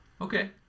okay